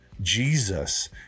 Jesus